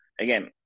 again